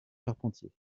charpentiers